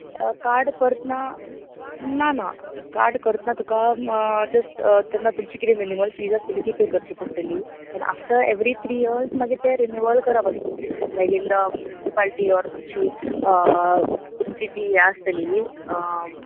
card करतना ना ना कार्ड करतना तुका जस्ट तेन्ना तुमची कितें मिनिमल फीस आसा ती पै करची पडटली and after every three years मागीर ते रिन्यूअल करप आसता इन द मुनसिपेलिटी ओर तुमची तुमची जी हें आसतली